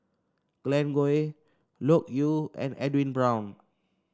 Glen Goei Loke Yew and Edwin Brown